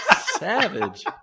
Savage